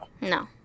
No